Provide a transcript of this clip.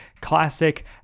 classic